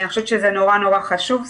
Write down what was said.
אני חושבת שזה נורא חשוב.